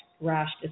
rash